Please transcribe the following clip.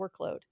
workload